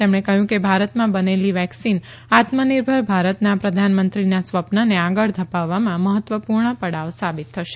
તેમણે કહ્યું કે ભારતમાં બનેલી વેકસીન આત્મનિર્ભર ભારતના પ્રધાનમંત્રીના સ્વપ્નને આગળ ધપાવવામાં મહત્વપુર્ણ પડાવ સાબીત થશે